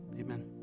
Amen